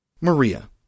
Maria